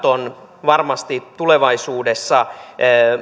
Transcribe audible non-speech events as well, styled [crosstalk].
[unintelligible] on tulevaisuudessa